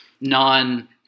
non